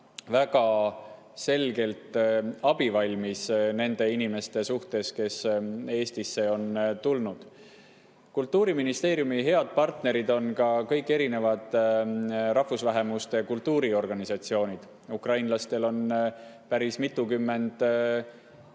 väga selgelt abivalmis nende inimeste suhtes, kes Eestisse on tulnud. Kultuuriministeeriumi head partnerid on ka kõik erinevad rahvusvähemuste kultuuriorganisatsioonid. Ukrainlastel on päris mitukümmend